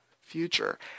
future